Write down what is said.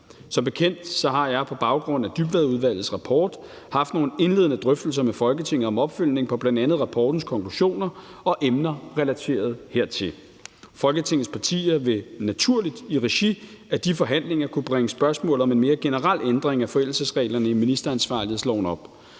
Som bekendt har jeg på baggrund af Dybvadudvalgets rapport haft nogle indledende drøftelser med Folketinget om opfølgning på bl.a. rapportens konklusioner og emner relateret hertil. Folketingets partier vil naturligt i regi af de forhandlinger kunne bringe spørgsmålet om en mere generel ændring af forældelsesreglerne i ministeransvarlighedsloven op.